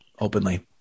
openly